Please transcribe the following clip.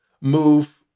move